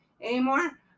anymore